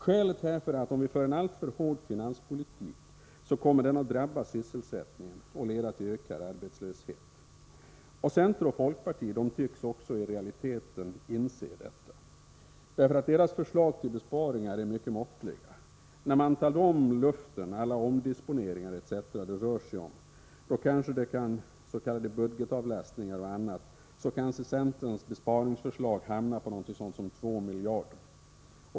Skälet härför är att om vi för en alltför hård finanspolitik kommer det att drabba sysselsättningen och leda till ökad arbetslöshet. Centern och folkpartiet tycks också i realiteten inse detta. Deras förslag till besparingar är mycket måttliga. När man tar bort ”luften”, som alla omdisponeringar, s.k. budgetavlastningar och annat utgör, hamnar centerns sparförslag någonstans omkring 2 miljarder.